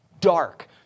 dark